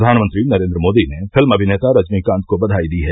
प्रधानमंत्री नरेन्द्र मोदी ने फिल्म अभिनेता रजनीकांत को बघाई दी है